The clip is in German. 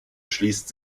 schließt